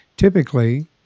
Typically